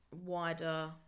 wider